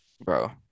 bro